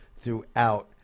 throughout